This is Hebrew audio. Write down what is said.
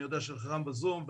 אני יודע שחלקם בזום,